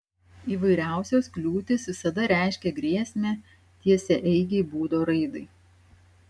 įvairiausios kliūtys visada reiškia grėsmę tiesiaeigei būdo raidai